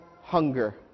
hunger